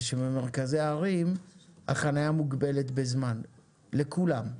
שבמרכזי הערים החנייה מוגבלת בזמן לכולם,